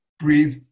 breathe